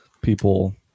people